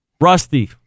Rusty